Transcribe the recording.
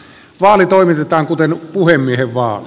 vaali toimitetaan kuten puhemiehen vaali